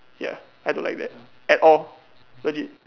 ya I don't like that at all legit